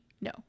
no